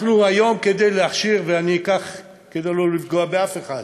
היום, כדי להכשיר, וכדי לא לפגוע באף אחד